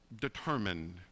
determined